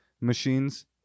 machines